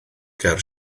ger